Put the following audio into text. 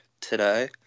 today